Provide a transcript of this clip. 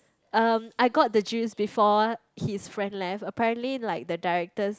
um I got the juice before his friend left apparently like the directors